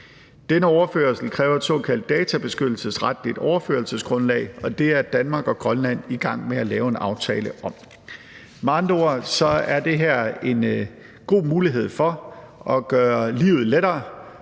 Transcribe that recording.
Denne overførsel kræver et såkaldt databeskyttelsesretligt overførselsgrundlag, og det er Danmark og Grønland i gang med at lave en aftale om. Med andre ord er det her en god mulighed for at gøre livet lettere